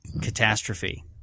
catastrophe